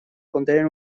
contenen